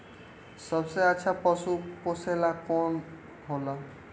सबसे अच्छा पशु पोसेला कौन होला?